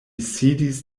sidis